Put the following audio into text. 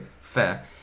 fair